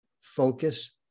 focus